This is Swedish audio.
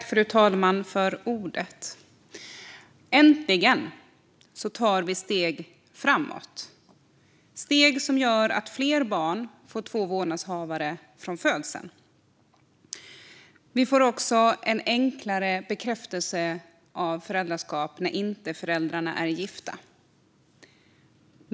Fru talman! Äntligen tar vi steg framåt, steg som gör att fler barn får två vårdnadshavare från födseln. Vi får också en enklare bekräftelse av föräldraskap när föräldrarna inte är gifta.